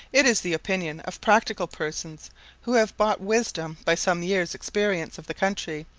it is the opinion of practical persons who have bought wisdom by some years' experience of the country,